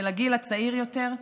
ולגיל הצעיר יותר,